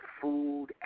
food